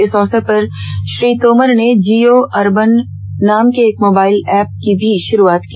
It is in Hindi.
इस अवसर पर श्री तोमर ने जियो अरबन नाम के एक मोबाइल ऐप की भी शुरूआत की